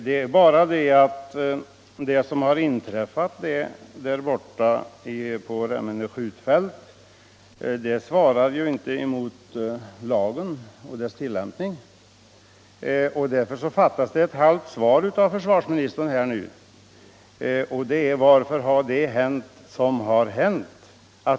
Det är bara det att det som har inträffat på Remmene skjutfält inte svarar emot lagen och dess tillämpningsföreskrifter, och därför fattas det ett halvt svar från försvarsministern, nämligen på frågan: Varför har det hänt som har hänt?